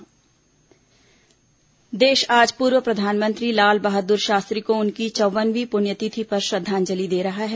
शास्त्री प्ण्यतिथि देश आज पूर्व प्रधानमंत्री लाल बहाद्र शास्त्री को उनकी चौव्वनवीं पृण्यतिथि पर श्रद्वांजलि दे रहा है